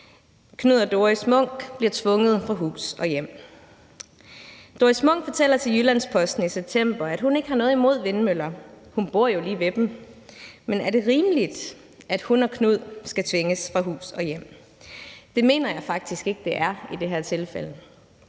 Knud og Doris Munch bliver tvunget fra hus og hjem. Doris Munch fortæller til Jyllands-Posten i september, at hun ikke har noget imod vindmøller; hun bor jo lige ved dem. Men er det rimeligt, at hun og Knud skal tvinges fra hus og hjem? Det mener jeg faktisk ikke det er i det her tilfælde.